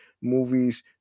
movie's